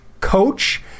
coach